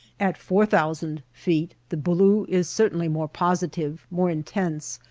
at four thousand feet the blue is certainly more positive, more intense,